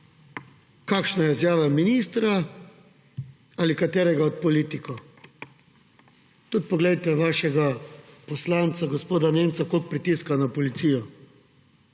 kakšna je izjava ministra ali katerega od politikov. Tudi poglejte vašega poslanca gospoda Nemca, koliko pritiska na policijo